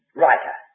writer